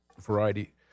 variety